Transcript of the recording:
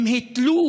הם התלו